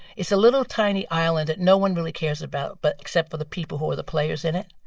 it's a little tiny island that no one really cares about but except for the people who are the players in it.